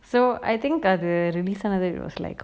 so I think அது:athu release ஆனது:anathu it was like